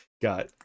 got